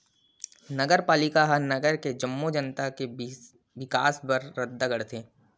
नगरपालिका ह नगर के जम्मो जनता के बिकास बर रद्दा गढ़थे